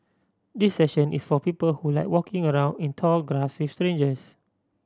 this session is for people who like walking around in tall grass with strangers